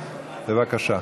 בבקשה.